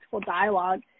dialogue